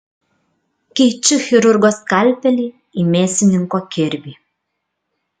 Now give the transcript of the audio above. keičiu chirurgo skalpelį į mėsininko kirvį